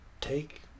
take